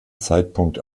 zeitpunkt